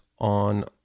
on